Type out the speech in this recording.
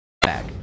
back